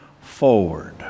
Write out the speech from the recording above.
forward